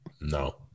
no